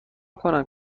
کنم